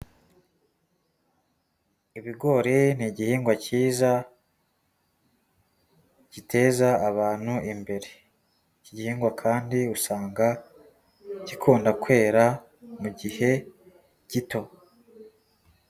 Ibigori ni gihingwa cyiza, giteza abantu imbere. Iki gihingwa kandi usanga gikunda kwera mu gihe gito.